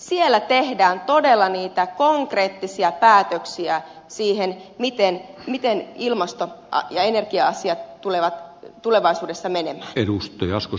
siellä tehdään todella niitä konkreettisia päätöksiä siitä miten ilmasto ja energia asiat tulevat tulevaisuudessa menemään